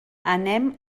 anem